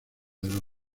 del